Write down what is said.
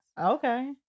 Okay